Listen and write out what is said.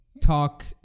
talk